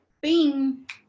Bing